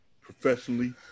Professionally